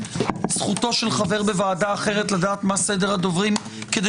זכותו של חבר בוועדה אחרת לדעת מה סדר הדוברים כדי